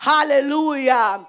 Hallelujah